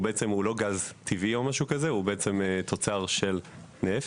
הוא לא גז טבעי והוא בעצם תוצר של נפט.